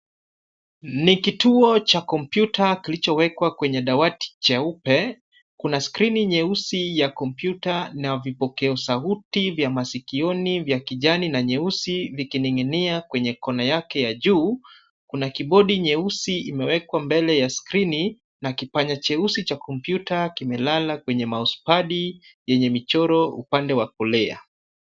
Ni kituo cha kompyuta kilichwekwa kwenye dawati nyeupe. Kuna skrini nyeusi ya kompyuta na vipokea sauti vya masikioni vya kijani na nyeusi vikining'inia kwenye kono yake la juu. Kuna kibodi nyeusi imewekwa mbele ya skrini na kipanya cheusi cha komputa kimelala kwenye mouse pad yenye michoro upande wa kulia.